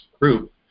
group